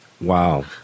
Wow